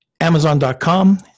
amazon.com